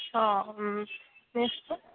অঁ dress code